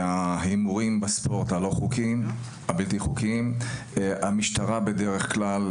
וההימורים הבלתי חוקיים בספורט - בדרך כלל